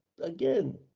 again